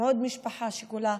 עם עוד משפחה שכולה,